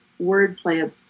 wordplay